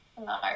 No